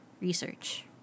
research